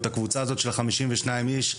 או את הקבוצה הזאת של החמישים ושניים איש,